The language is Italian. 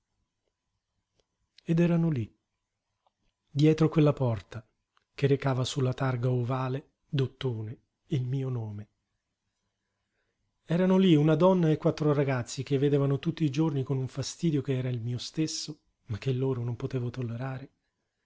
ed erano lí dietro quella porta che recava su la targa ovale d'ottone il mio nome erano lí una donna e quattro ragazzi che vedevano tutti i giorni con un fastidio ch'era il mio stesso ma che in loro non potevo tollerare